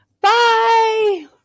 Bye